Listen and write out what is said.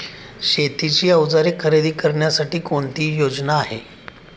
शेतीची अवजारे खरेदी करण्यासाठी कुठली योजना आहे?